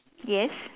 yes